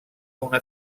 una